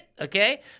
Okay